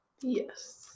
Yes